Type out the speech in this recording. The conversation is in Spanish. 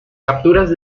capturas